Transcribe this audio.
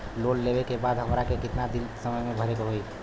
Loan लेवे के बाद हमरा के कितना समय मे भरे के होई?